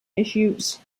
issues